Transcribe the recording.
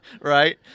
Right